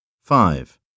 Five